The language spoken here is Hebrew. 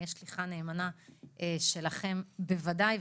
אהיה שליחה נאמנה שלכם בוודאי.